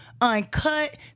Uncut